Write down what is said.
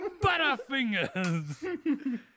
Butterfingers